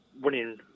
winning